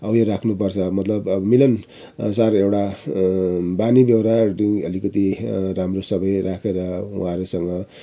उयो राख्नु पर्छ मतलब मिलनसार एउटा बानी बेहोरा अलिकति राम्रो सबै राखेर उहाँहरूसँग